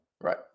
Right